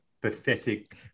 pathetic